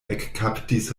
ekkaptis